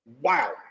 Wow